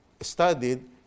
studied